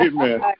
Amen